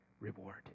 reward